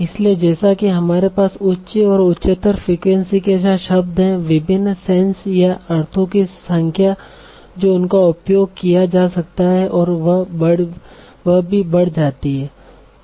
इसलिए जैसा कि हमारे पास उच्च और उच्चतर फ्रीक्वेंसी के साथ शब्द हैं विभिन्न सेंस या अर्थों की संख्या जो उनका उपयोग किया जा सकता है वह भी बढ़ जाती है